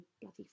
bloody